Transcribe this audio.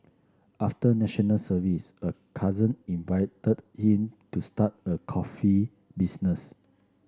after National Service a cousin invited him to start a coffee business